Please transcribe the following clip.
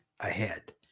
Ahead